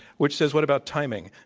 which says what about timing?